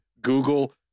Google